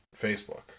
Facebook